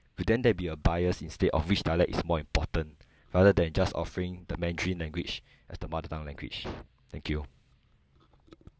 won't then there'll be a bias instead of which dialect is more important rather than just offering the mandarin language as the mother tongue language thank you